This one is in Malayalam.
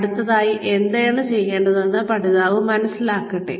അടുത്തതായി എന്താണ് ചെയ്യേണ്ടതെന്ന് പഠിതാവ് മനസ്സിലാക്കട്ടെ